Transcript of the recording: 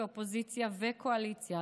כאופוזיציה וקואליציה,